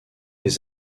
des